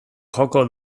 joko